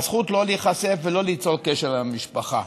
הזכות שלא להיחשף ולא ליצור קשר עם המשפחה.